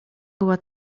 była